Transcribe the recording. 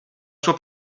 sua